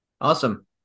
Awesome